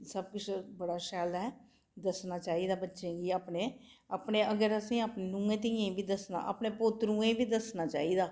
सब किश बड़ा शैल ऐ दस्सना चाहिदा बच्चें गी अपने अपने अगर अस अपने नूहें धीएं गी बी दस्सना अपने पोतरुएं गी बी दस्सना चाहिदा